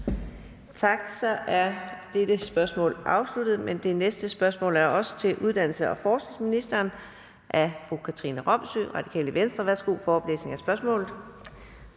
Tak. Så er dette spørgsmål afsluttet. Men det næste spørgsmål er også til uddannelses- og forskningsministeren af fru Katrine Robsøe, Radikale Venstre. Kl. 16:17 Spm.